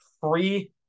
free